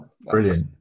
Brilliant